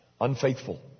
unfaithful